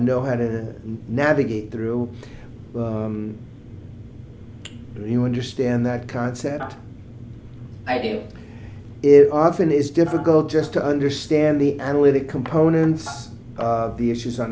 know how to navigate through you understand that concept i think it often is difficult just to understand the analytic components of the issues on